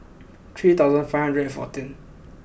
three thousand five hundred and fourteen